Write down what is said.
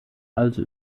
also